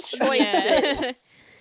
choices